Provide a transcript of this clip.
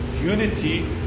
unity